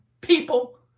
people